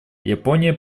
япония